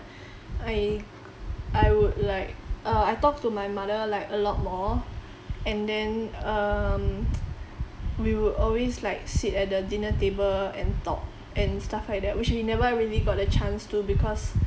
I I would like uh I talk to my mother like a lot more and then um we would always like sit at the dinner table and talk and stuff like that which we never really got the chance to because